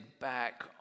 back